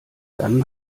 dann